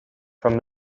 from